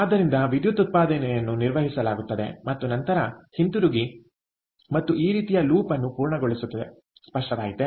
ಆದ್ದರಿಂದ ವಿದ್ಯುತ್ ಉತ್ಪಾದನೆಯನ್ನು ನಿರ್ವಹಿಸಲಾಗುತ್ತದೆ ಮತ್ತು ನಂತರ ಹಿಂತಿರುಗಿ ಮತ್ತು ಈ ರೀತಿಯ ಲೂಪ್ ಅನ್ನು ಪೂರ್ಣಗೊಳಿಸುತ್ತದೆ ಸ್ಪಷ್ಟವಾಯಿತೆ